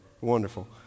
Wonderful